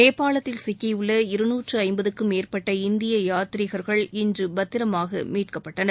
நேபாளத்தில் சிக்கியுள்ள இரு நூற்று ஐம்பதுக்கும் மேற்பட்ட இந்திய யாத்ரீகர்கள் இன்று பத்திரமாக மீட்கப்பட்டனர்